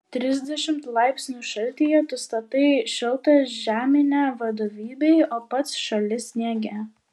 trisdešimt laipsnių šaltyje tu statai šiltą žeminę vadovybei o pats šąli sniege